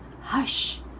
hush